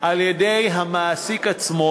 על-ידי המעסיק עצמו,